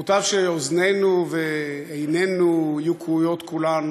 מוטב שאוזנינו ועינינו יהיו כרויות כולן